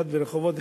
אחד ברחובות,